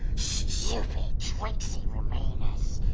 stupid, tricksy remainers.